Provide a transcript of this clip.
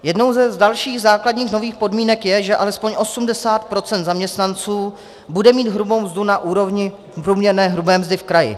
Jednou z dalších základních nových podmínek je, že alespoň 80 % zaměstnanců bude mít hrubou mzdu na úrovni průměrné hrubé mzdy v kraji.